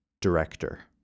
Director